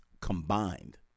combined